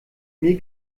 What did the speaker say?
mir